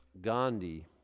Gandhi